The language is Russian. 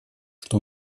что